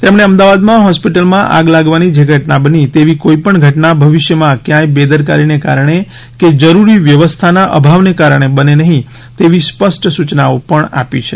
તેમણે અમદાવાદમાં હોસ્પિટલમાં આગ લાગવાની જે ઘટના બની તેવી કોઇ પણ ઘટના ભવિષ્યમાં કયાંય બેદરકારીને કારણે કે જરૂરી વ્યવસ્થાના અભાવને કારણે બને નહિ તેવી સ્પષ્ટ સૂચનાઓ પણ આપી છે